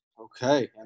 Okay